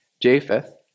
Japheth